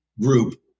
group